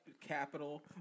capital